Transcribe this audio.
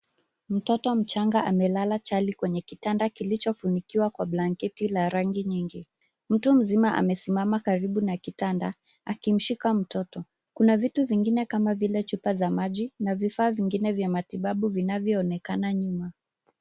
Mtoto mchanga amelala chali kwenye kitanda kilichofunikiwa kwa blanketi la rangi nyingi. Mtu mzima amesimama karibu na kitanda, akimshika mtoto. Kuna vitu vingine kama vile chupa za maji na vifaa vingine vya matibabu vinavyoonekana nyuma.